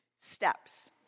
steps